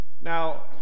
Now